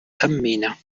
cammina